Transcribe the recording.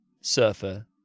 surfer